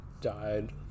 died